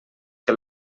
que